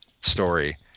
story